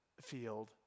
field